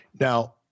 Now